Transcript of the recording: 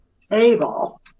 table